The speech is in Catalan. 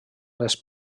les